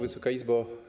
Wysoka Izbo!